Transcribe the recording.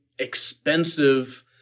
expensive